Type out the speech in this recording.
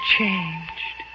changed